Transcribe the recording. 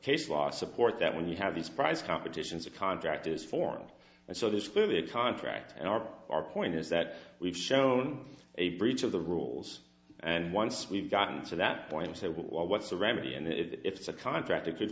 case law support that when you have these prize competitions a contract is formed and so there's clearly a contract and are our point is that we've shown a breach of the rules and once we've gotten to that point is that why what's the remedy and if it's a contract it could